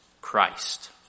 Christ